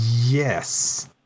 Yes